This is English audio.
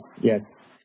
yes